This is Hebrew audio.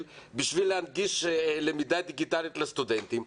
בשביל להנגיש למידה דיגיטלית לסטודנטים.